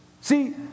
See